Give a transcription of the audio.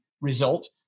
result